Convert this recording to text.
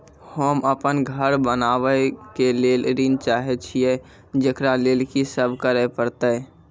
होम अपन घर बनाबै के लेल ऋण चाहे छिये, जेकरा लेल कि सब करें परतै?